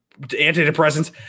antidepressants